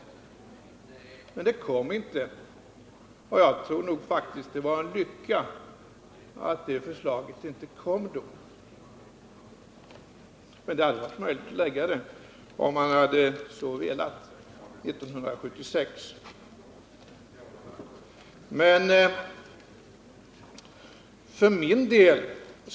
Men förslaget kom inte, och jag tror faktiskt att det var en lycka att det förslaget inte lades fram då. Men det hade varit möjligt att lägga fram det 1976, om man så hade velat.